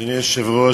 אדוני היושב-ראש,